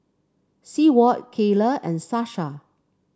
Seward Kaela and Sasha